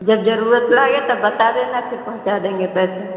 जब जरूरत लागे तब बता देना फिर पहुंचा देंगे